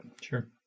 Sure